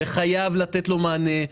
וחייבים לתת לו מענה,